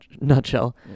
nutshell